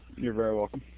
you're very welcome.